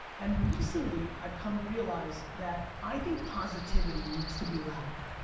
and recently i've come to realize that i think positivity needs to be louder.